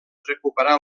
recuperar